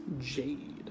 jade